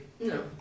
No